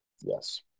yes